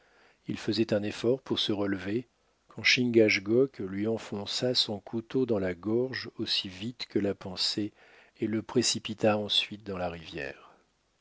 il faisait un effort pour se relever quand chingachgook lui enfonça son couteau dans la gorge aussi vite que la pensée et le précipita ensuite dans la rivière